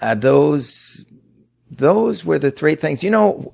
and those those were the three things. you know,